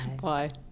bye